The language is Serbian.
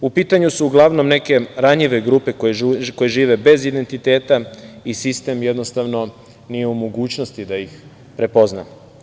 U pitanju su uglavnom neke ranjive grupe, koje žive bez identiteta i sistem, jednostavno nije u mogućnosti da ih prepozna.